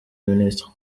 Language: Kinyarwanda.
ministre